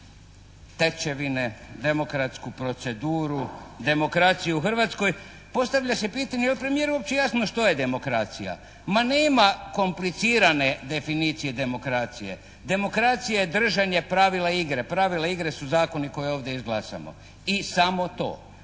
stečevine, demokratsku proceduru, demokraciju u Hrvatskoj, postavlja se pitanje jel' premijeru uopće jasno što je demokracija. Ma nema komplicirane definicije demokracije. Demokracija je držanje pravila igre, pravila igre su zakoni koje ovdje izglasamo. I samo to.